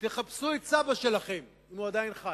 תחפשו את סבא שלכם אם הוא עדיין חי.